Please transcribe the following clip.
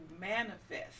manifest